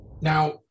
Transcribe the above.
Now